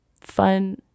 fun